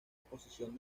oposición